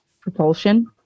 propulsion